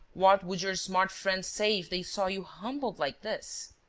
what would your smart friends say if they saw you humbled like this!